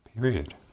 Period